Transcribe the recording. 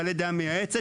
בעלי דעה מייעצת,